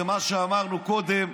ומה שאמרנו קודם,